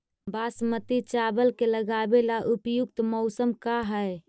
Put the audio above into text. बासमती चावल के लगावे ला उपयुक्त मौसम का है?